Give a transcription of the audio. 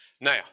Now